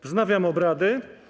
Wznawiam obrady.